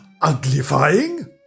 uglifying